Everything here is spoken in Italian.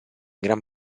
gran